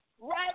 right